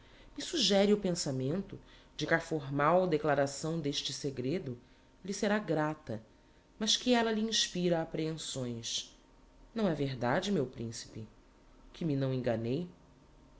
me suggere o pensamento de que a formal declaração d'este segredo lhe será grata mas que ella lhe inspira apprehensões não é verdade meu principe que me não enganei